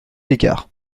égards